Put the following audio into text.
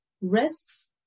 risks